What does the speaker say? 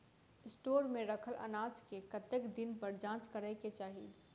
Store मे रखल अनाज केँ कतेक दिन पर जाँच करै केँ चाहि?